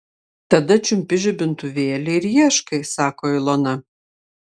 tada čiumpi žibintuvėlį ir ieškai sako ilona